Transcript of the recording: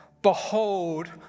Behold